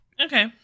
Okay